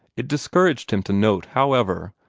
it discouraged him to note, however,